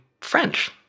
French